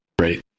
right